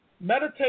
meditate